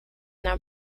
now